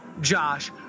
Josh